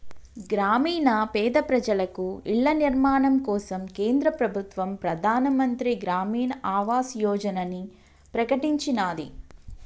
గ్రామీణ పేద ప్రజలకు ఇళ్ల నిర్మాణం కోసం కేంద్ర ప్రభుత్వం ప్రధాన్ మంత్రి గ్రామీన్ ఆవాస్ యోజనని ప్రకటించినాది